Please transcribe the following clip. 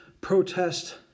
protest